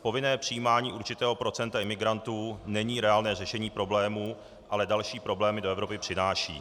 Povinné přijímání určitého procenta imigrantů není reálné řešení problémů, ale další problémy do Evropy přináší.